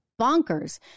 bonkers